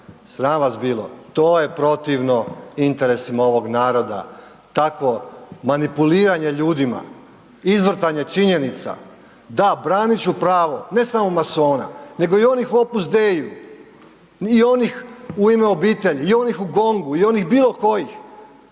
sram vas bilo. To je protivno interesima ovog naroda, takvo manipuliranje ljudima, izvrtanje činjenica. Da, branit ću pravo ne samo masona nego i onih u Opus Dei i onih U ime obitelji, i onih u GONG-u, i onih bilokojih